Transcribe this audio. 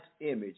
image